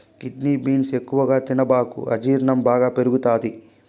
kidney beans ఎక్కువగా తినబాకు అజీర్ణం బాగా పెరుగుతది